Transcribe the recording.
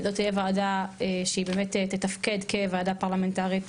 זאת תהיה ועדה שהיא באמת תתפקד כוועדה פרלמנטרית,